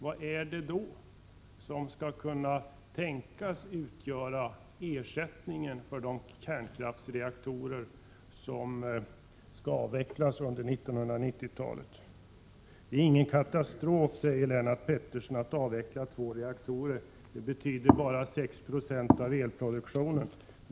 Vad är det då som skall kunna utgöra ersättning för de kärnkraftsreaktorer som skall avvecklas under 1990-talet? Det är ingen katastrof att avveckla två reaktorer, säger Lennart Pettersson. De motsvarar bara 6 96 av elproduktionen.